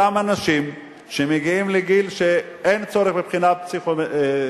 הוכח שאותם אנשים שמגיעים לגיל שבו אין צורך בבחינה פסיכומטרית,